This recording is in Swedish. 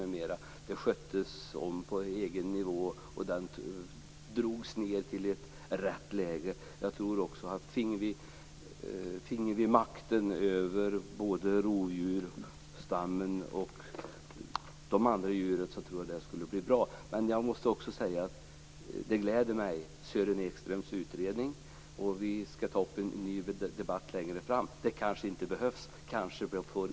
Det sköttes om på egen nivå, och älgstammen drogs ned till rätt läge. Jag tror att om vi fick makten över rovdjursstammen och de andra djuren skulle det bli bra. Men jag måste också säga att Sören Ekströms utredning gläder mig. Vi skall ta upp en ny debatt längre fram. Det kanske inte behövs.